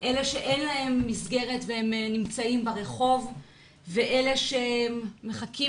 שאין להם מסגרת והם נמצאים ברחוב ואלה שמחכים